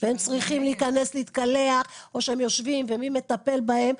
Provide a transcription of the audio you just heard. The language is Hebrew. והם צריכים להיכנס להתקלח או שהם יושבים ומי מטפל בהם,